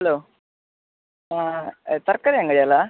hello ಹಾಂ ತರಕಾರಿ ಅಂಗಡಿ ಅಲ್ಲ